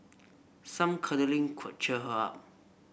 some cuddling could cheer her up